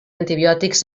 antibiòtics